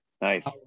Nice